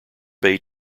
bay